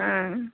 ஆ